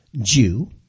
Jew